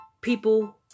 people